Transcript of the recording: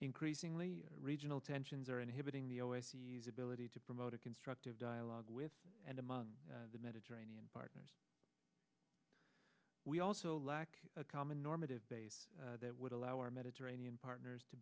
increasingly regional tensions are inhibiting the oases ability to promote a constructive dialogue with and among the mediterranean partners we also lack a common normative base that would allow our mediterranean partners to